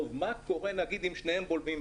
אני לא יודע אם זה הנושא.